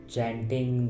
Chanting